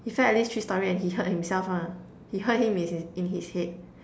he fell at least three storey and he hurt himself ah he hurt him in his~ in his head